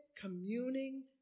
communing